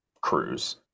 cruise